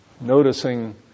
noticing